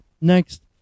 Next